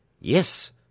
Yes